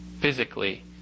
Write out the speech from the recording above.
physically